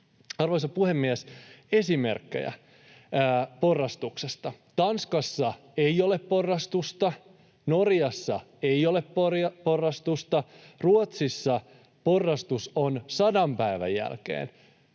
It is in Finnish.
Arvoisa puhemies! Esimerkkejä porrastuksesta: Tanskassa ei ole porrastusta, Norjassa ei ole porrastusta, Ruotsissa porrastus on sadan päivän jälkeen